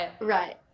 Right